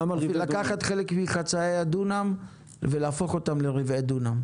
לקחת חלק מחצאי הדונם ולהפוך אותם לרבעי דונם.